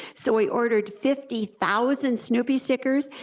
so we ordered fifty thousand snoopy stickers,